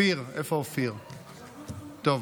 שאופיר, איפה אופיר, טוב,